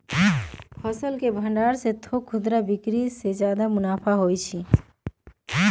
फसल के भण्डार से थोक खुदरा बिक्री कएल जाइ छइ